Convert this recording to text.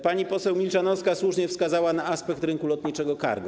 Pani poseł Milczanowska słusznie wskazała na aspekt rynku lotniczego cargo.